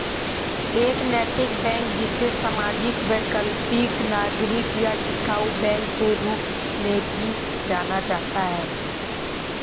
एक नैतिक बैंक जिसे सामाजिक वैकल्पिक नागरिक या टिकाऊ बैंक के रूप में भी जाना जाता है